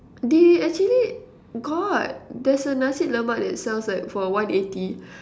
they actually got there's a Nasi-Lemak that sells like for one eighty